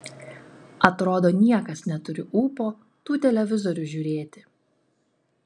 atrodo niekas neturi ūpo tų televizorių žiūrėti